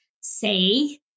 say